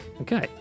Okay